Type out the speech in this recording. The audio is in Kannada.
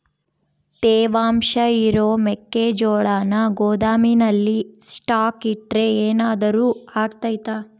ತೇವಾಂಶ ಇರೋ ಮೆಕ್ಕೆಜೋಳನ ಗೋದಾಮಿನಲ್ಲಿ ಸ್ಟಾಕ್ ಇಟ್ರೆ ಏನಾದರೂ ಅಗ್ತೈತ?